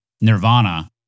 Nirvana